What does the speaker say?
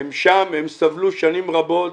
הם שם, הם סבלו שנים רבות